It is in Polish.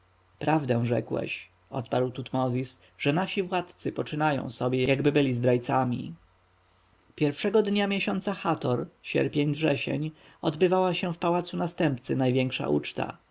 prawdę rzekłeś odparł tutmozis że nasi władcy poczynają sobie jakoby byli zdrajcami pierwszego dnia miesiąca hator sierpień wrzesień odbywała się w pałacu następcy największa uczta